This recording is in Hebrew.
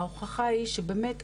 ההוכחה היא שבאמת,